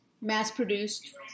mass-produced